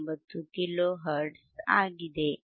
59 kilohertz ಆಗಿದೆ